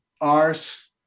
arse